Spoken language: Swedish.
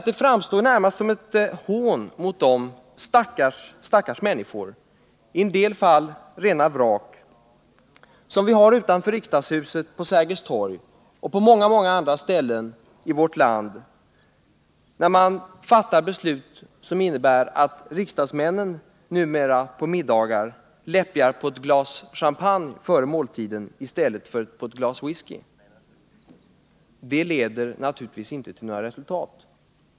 Det framstår närmast som ett hån mot de stackars människor, i en del fall rena vrak, som vi har på Sergels torg utanför riksdagshuset och på många, många andra ställen i vårt land, när riksdagen fattar beslut som innebär att riksdagsmännen numera på middagar läppjar på ett glas champagne före måltiden i stället för på ett glas visky. Sådana beslut leder naturligtvis inte till några resultat.